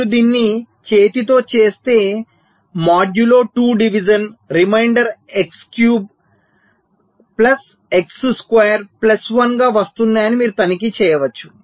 మీరు దీన్ని చేతితో చేస్తే modulo 2 division remainder X cube plus x square plus 1 గా వస్తున్నాయని మీరు తనిఖీ చేయవచ్చు